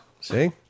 See